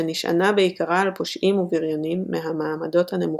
שנשענה בעיקרה על פושעים ובריונים מהמעמדות הנמוכים.